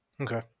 okay